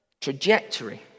trajectory